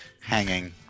hanging